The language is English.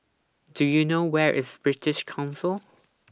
Do YOU know Where IS British Council